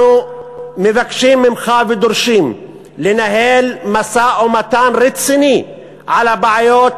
אנחנו מבקשים ממך ודורשים לנהל משא-ומתן רציני על הבעיות,